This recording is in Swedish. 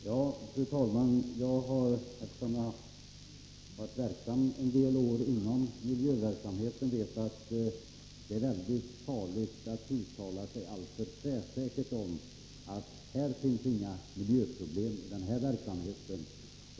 Fru talman! Eftersom jag har varit verksam en del år inom miljövården vet jag att det är väldigt farligt att uttala sig alltför tvärsäkert i stil med att ”det finns inga miljöproblem i den här verksamheten”.